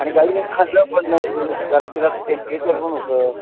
आणि गाईने खाल्लं पण नाही ते तसं जरा तिला टेम्परेचर पण होतं